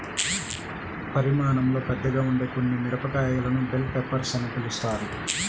పరిమాణంలో పెద్దగా ఉండే కొన్ని మిరపకాయలను బెల్ పెప్పర్స్ అని పిలుస్తారు